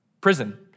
prison